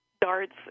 darts